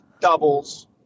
doubles